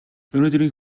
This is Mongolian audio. өнөөдрийн